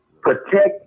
Protect